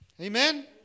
Amen